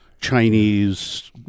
Chinese